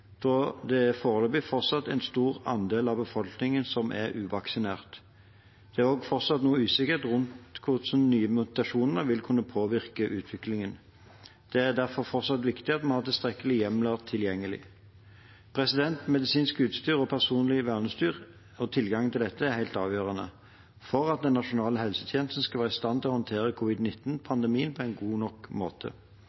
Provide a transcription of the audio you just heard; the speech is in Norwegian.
det foreløpig fortsatt er en stor andel av befolkningen som er uvaksinert. Det er også noe usikkerhet rundt hvordan nye mutasjoner vil kunne påvirke utviklingen. Det er derfor fortsatt viktig at man har tilstrekkelige hjemler tilgjengelig. Medisinsk utstyr og personlig verneutstyr og tilgangen til dette er helt avgjørende for at den nasjonale helsetjenesten skal være i stand til å håndtere